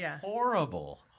horrible